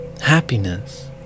happiness